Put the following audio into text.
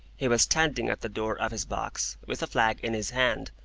he was standing at the door of his box, with a flag in his hand,